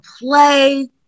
play